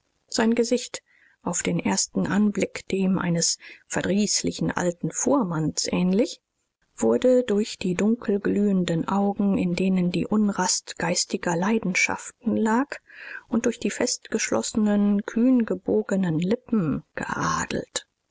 sein gesicht auf den ersten anblick dem eines verdrießlichen alten fuhrmanns ähnlich wurde durch die dunkelglühenden augen in denen die unrast geistiger leidenschaften lag und durch die festgeschlossenen kühngebogenen lippen geadelt